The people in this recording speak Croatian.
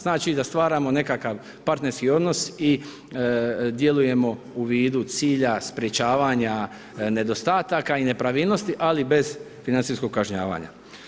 Znači da stvaramo nekakav partnerski odnos i djelujemo u vidu cilja sprječavanja nedostataka i nepravilnosti, ali bez financijskog kažnjavanja.